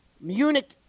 Munich